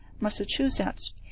massachusetts